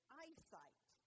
eyesight